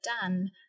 done